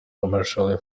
commercially